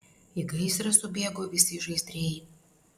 į gaisrą subėgo visi žaizdriai